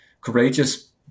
courageous